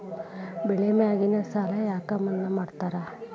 ಬೆಳಿ ಮ್ಯಾಗಿನ ಸಾಲ ಯಾಕ ಮನ್ನಾ ಮಾಡ್ತಾರ?